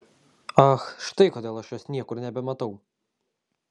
ach štai kodėl aš jos niekur nebematau